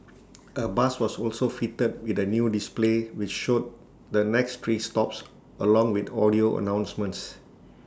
A bus was also fitted with A new display which showed the next three stops along with audio announcements